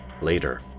Later